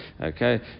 Okay